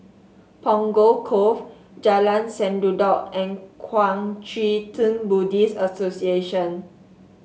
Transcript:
Punggol Cove Jalan Sendudok and Kuang Chee Tng Buddhist Association